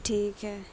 ٹھیک ہے